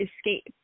escape